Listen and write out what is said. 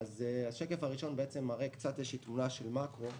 השקף הראשון מראה תמונה של מקרו,